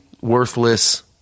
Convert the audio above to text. worthless